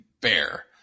bear